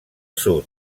sud